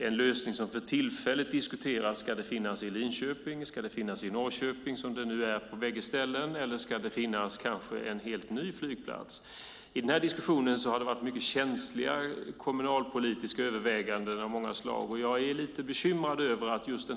En lösning som för tillfället diskuteras är om det ska finnas en flygplats både i Linköping och i Norrköping, som det nu är, eller om det kanske ska byggas en helt ny flygplats. Det har varit känsliga kommunalpolitiska överväganden av många slag i den här diskussionen. Jag är lite bekymrad.